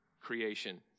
creation